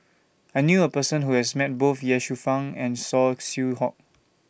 I knew A Person Who has Met Both Ye Shufang and Saw Swee Hock